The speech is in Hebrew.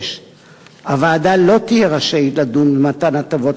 6. הוועדה לא תהיה רשאית לדון במתן הטבות